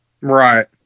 right